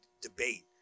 debate